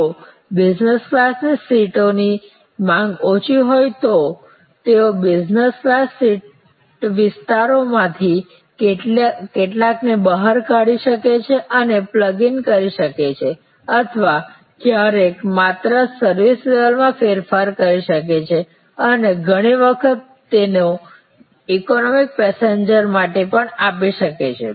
જો બિઝનેસ ક્લાસની સીટોની માંગ ઓછી હોય તો તેઓ બિઝનેસ ક્લાસ સીટ વિસ્તારોમાંથી કેટલાકને બહાર કાઢી શકે છે અને પ્લગ ઇન કરી શકે છે અથવા ક્યારેક માત્ર સર્વિસ લેવલમાં ફેરફાર કરી શકે છે અને ઘણી વખત તેને ઇકોનોમી પેસેન્જર્સ માટે પણ આપી શકે છે